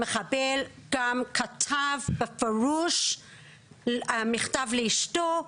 המחבל גם כתב בפירוש מכתב לאשתו: